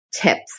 tips